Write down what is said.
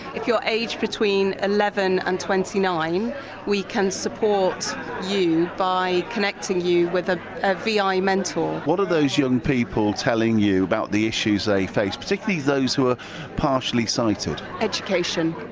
if you're aged between eleven and twenty nine we can support you by connecting you with a ah vi mentor what are those young people telling you about the issues they face, particularly those who are partially sighted? education.